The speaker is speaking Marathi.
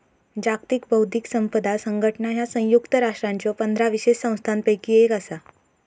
जागतिक बौद्धिक संपदा संघटना ह्या संयुक्त राष्ट्रांच्यो पंधरा विशेष संस्थांपैकी एक असा